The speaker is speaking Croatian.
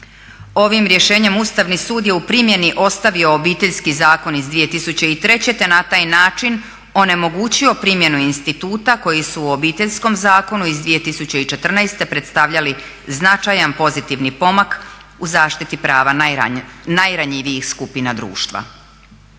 Ovim rješenjem Ustavni sud je u primjeni ostavio Obiteljski zakon iz 2003. te na taj način onemogućio primjenu instituta koji su u Obiteljskom zakonu iz 2014. predstavljali značajan pozitivan pomak u zaštiti prava najranjivijih skupina društva.